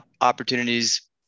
opportunities